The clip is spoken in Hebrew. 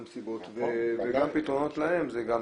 לא פעם גם הולכי רגל הם גם סיבה ופתרונות להם זה גם נכון.